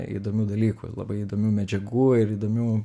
įdomių dalykų labai įdomių medžiagų ir įdomių